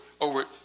over